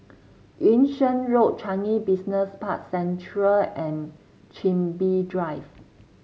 Yung Sheng Road Changi Business Park Central and Chin Bee Drive